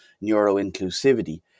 neuro-inclusivity